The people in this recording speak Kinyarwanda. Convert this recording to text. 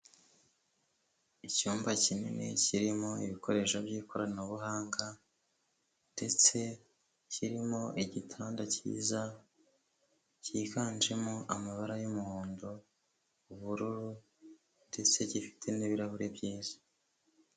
Icyumba kinini kirimo ibikoresho by'ikoranabuhanga ndetse kirimo igitanda cyiza, cyiganjemo amabara y'umuhondo, ubururu ndetse gifite n'ibirahure byiza.